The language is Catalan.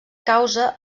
causa